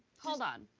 hold on.